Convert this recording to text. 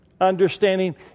understanding